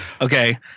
Okay